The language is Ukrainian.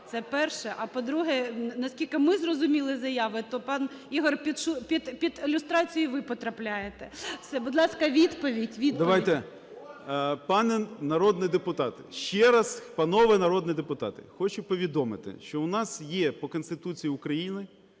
Це перше. А, по-друге, наскільки ми зрозуміли з заяви, то, пан Ігор, під люстрацію і ви потрапляєте. Будь ласка, відповідь, відповідь. 10:55:27 ЗУБКО Г.Г. Пане народний депутат! Ще раз, панове народні депутати, хочу повідомити, що в нас є по Конституції України